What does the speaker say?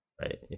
right